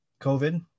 COVID